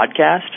podcast